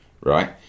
right